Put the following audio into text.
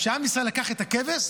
שעם ישראל לקח את הכבש